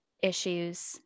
issues